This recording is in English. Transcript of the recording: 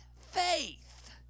faith